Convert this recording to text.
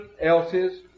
else's